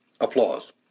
Applause